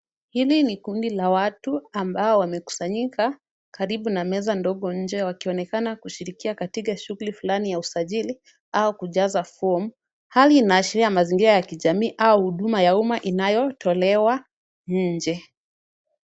Hili ni kundi la watu ambao wamekusanyika karibu na meza ndogo nje wakionekana kushirikia katika shughuli fulani ya usajili au kujaza form . Hali inaashiria mazingira ya kijamii au huduma ya umma inayotolewa nje.